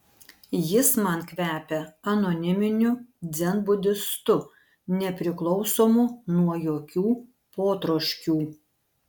jis man kvepia anoniminiu dzenbudistu nepriklausomu nuo jokių potroškių